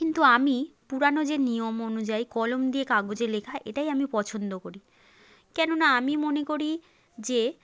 কিন্তু আমি পুরনো যে নিয়ম অনুযায়ী কলম দিয়ে কাগজে লেখা এটাই আমি পছন্দ করি কেননা আমি মনে করি যে